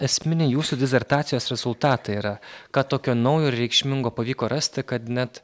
esminiai jūsų disertacijos rezultatai yra ką tokio naujo reikšmingo pavyko rasti kad net